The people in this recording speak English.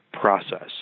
process